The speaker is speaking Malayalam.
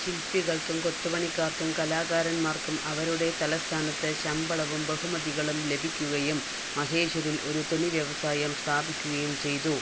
ശില്പികൾക്കും കൊത്തുപണിക്കാർക്കും കലാകാരന്മാർക്കും അവളുടെ തലസ്ഥാനത്ത് ശമ്പളവും ബഹുമതികളും ലഭിക്കുകയും മഹേശ്വരിൽ ഒരു തുണി വ്യവസായം സ്ഥാപിക്കുകയും ചെയ്തു